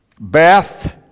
Beth